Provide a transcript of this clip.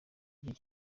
igihe